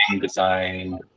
design